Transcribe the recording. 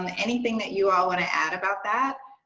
and anything that you all want to add about that?